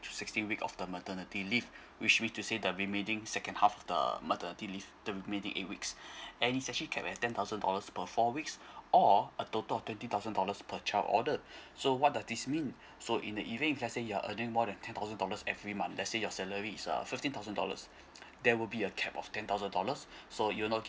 to sixteen weeks of the maternity leave which which to say the remaining second half the maternity leave the remaining eight weeks and is actually capped at ten thousand dollars per four weeks or a total of twenty thousand dollars per child ordered so what does this mean so in the event if let's say you're earning more than ten thousand dollars every month lets say your salary is uh fifteen thousand dollars there will be a capped of ten thousand dollars so you don't